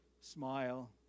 smile